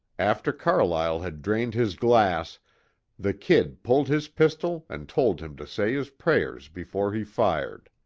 after carlyle had drained his glass the kid pulled his pistol and told him to say his prayers before he fired.